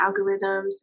algorithms